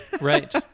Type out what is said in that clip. Right